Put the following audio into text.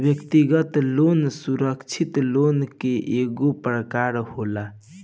व्यक्तिगत लोन सुरक्षित लोन के एगो प्रकार होला